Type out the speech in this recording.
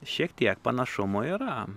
šiek tiek panašumų yra